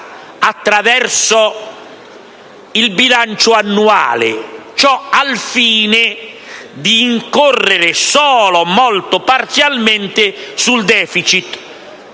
attraverso il bilancio annuale: ciò al fine di incorrere solo molto parzialmente sul *deficit*.